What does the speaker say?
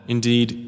Indeed